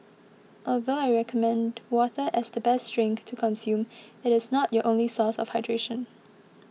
although I recommend water as the best drink to consume it is not your only source of hydration